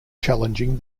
challenging